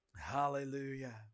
Hallelujah